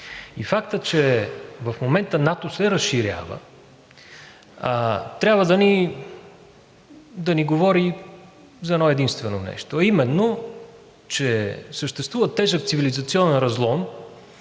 И фактът, че в момента НАТО се разширява, трябва да ни говори за едно-единствено нещо, а именно, че съществува тежък цивилизационен разлом,